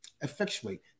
Effectuate